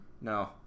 No